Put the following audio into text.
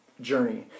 journey